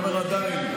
אני עדיין אומר,